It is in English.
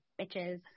bitches